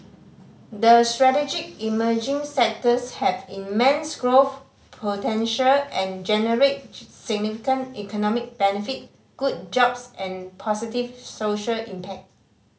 the strategic emerging sectors have immense growth potential and generate significant economic benefit good jobs and positive social impact